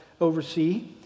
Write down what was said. oversee